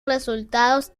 resultados